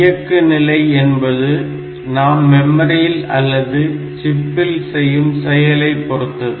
இயக்கு நிலை என்பது நாம் மெமரியில் அல்லது சிப்பில் செய்யும் செயலை பொறுத்தது